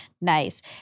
nice